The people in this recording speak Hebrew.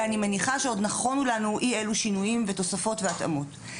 ואני מניחה שעוד נכונו לנו אי אלו שינויים ותוספות והתאמות.